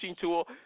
tool